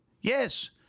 Yes